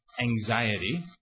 anxiety